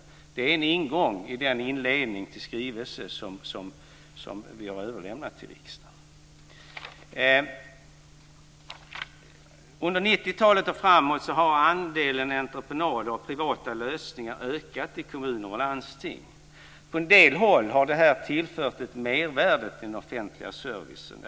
Det är en ingång i inledningen till den skrivelse som vi har överlämnat till riksdagen. Under 90-talet och framåt har andelen entreprenader och privata lösningar i kommuner och landsting ökat. På en del håll har det tillfört ett mervärde till den offentliga servicen.